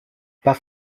pas